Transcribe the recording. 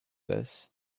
this